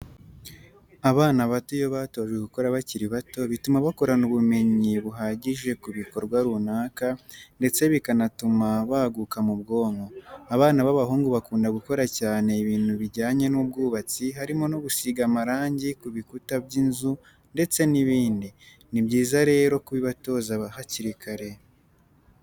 Abana bato iyo batojwe gukora bakiri bato, bituma bakurana ubumenyi buhagije ku bikorwa runaka, ndetse bikanatuma baguka mu bwonko. Abana b'abahungu bakunda gukora cyane ibintu bijyanye n'ubwubatsi harimo no gusiga amarangi ku bikuta by'inzu ndetse n'ibindi. Ni byiza rero kubibatoza hakiri kare.